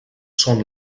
són